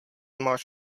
máš